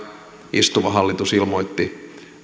istuva hallitus ilmoitti